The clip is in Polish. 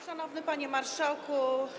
Szanowny Panie Marszałku!